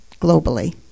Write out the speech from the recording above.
globally